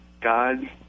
God